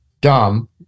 dumb